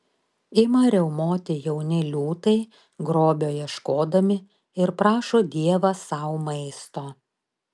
ima riaumoti jauni liūtai grobio ieškodami ir prašo dievą sau maisto